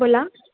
बोला